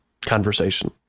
conversation